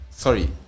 Sorry